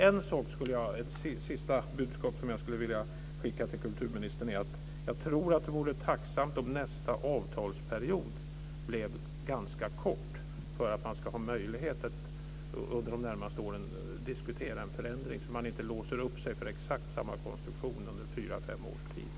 Ett sista budskap som jag skulle vilja skicka till kulturministern är att det vore tacksamt om nästa avtalsperiod blev ganska kort, att man inte låser upp sig för exakt samma konstruktion under fyra fem års tid. Då får man en möjlighet att under de närmaste åren diskutera en förändring.